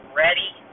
ready